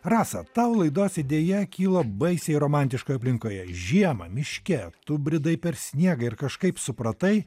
rasa tau laidos idėja kilo baisiai romantiškoj aplinkoje žiemą miške tu bridai per sniegą ir kažkaip supratai